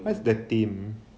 what's the theme